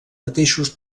mateixos